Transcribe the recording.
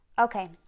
Okay